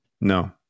No